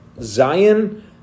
Zion